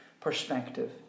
perspective